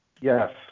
Yes